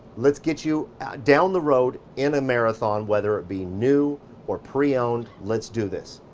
let's get you down the road in a marathon. whether it be new or pre-owned. let's do this.